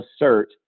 assert